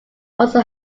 also